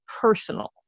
personal